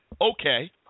Okay